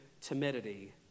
timidity